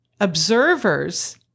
observers